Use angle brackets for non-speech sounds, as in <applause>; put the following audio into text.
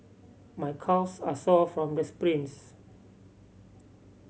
my calves are sore from <unintelligible> sprints